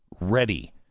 ready